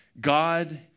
God